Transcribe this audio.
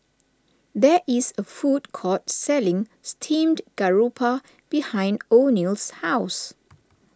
there is a food court selling Steamed Garoupa behind oneal's house